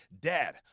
dad